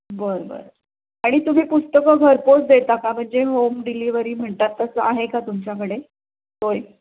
बरं बरं आणि तुम्ही पुस्तकं घरपोच देता का म्हणजे होम डिलिव्हरी म्हणतात तसं आहे का तुमच्याकडे सोय